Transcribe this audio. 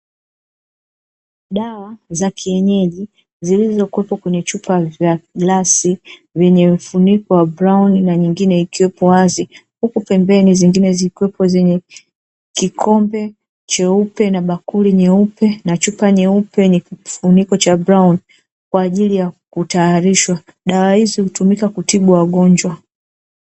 Dawa za kienyeji zilizokuwepo kwenye chupa za glasi, vyenye mfuniko wa brauni na nyingine ikiwepo wazi, huku pembeni zingine zikiwepo zenye kikombe cheupe, na bakuli nyeupe, na chupa nyeupe yenye kifuniko cha brauni kwa ajili ya kutayarishwa. Dawa izo hutumika kutibu wagonjwa.